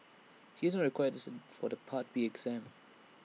he is not required to sit for the part B exam